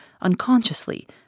unconsciously